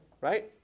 Right